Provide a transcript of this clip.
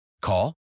Call